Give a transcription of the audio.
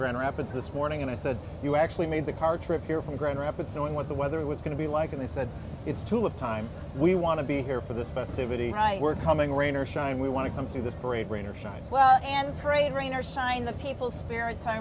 grand rapids this morning and i said you actually made the car trip here from grand rapids knowing what the weather was going to be like and they said it's to have time we want to be here for this festivity we're coming rain or shine we want to come see this parade rain or shine well and great rain or shine the people's spirits